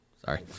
Sorry